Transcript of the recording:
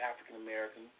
African-American